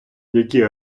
які